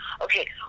Okay